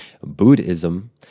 Buddhism